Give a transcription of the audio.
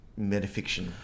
metafiction